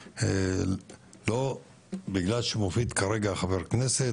לא בגלל שמופיד כרגע החבר כנסת,